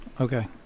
okay